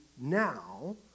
now